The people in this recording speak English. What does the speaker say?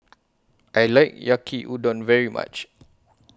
I like Yaki Udon very much